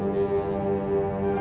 and